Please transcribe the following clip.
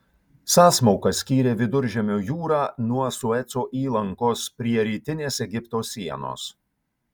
sąsmauka skyrė viduržemio jūrą nuo sueco įlankos prie rytinės egipto sienos